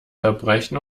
verbrechen